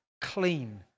clean